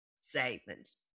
savings